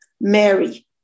Mary